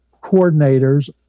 coordinators